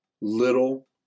little